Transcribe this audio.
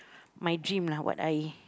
my dream lah what I